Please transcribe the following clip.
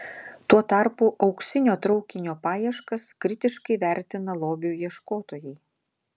tuo tarpu auksinio traukinio paieškas kritiškai vertina lobių ieškotojai